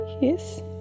Yes